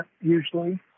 usually